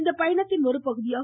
இந்த பயணத்தின் ஒருபகுதியாக